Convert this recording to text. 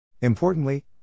Importantly